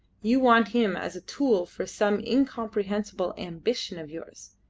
you want him as a tool for some incomprehensible ambition of yours.